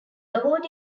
award